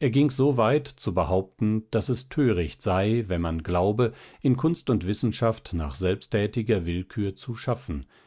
er ging so weit zu behaupten daß es töricht sei wenn man glaube in kunst und wissenschaft nach selbsttätiger willkür zu schaffen